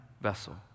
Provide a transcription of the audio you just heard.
vessel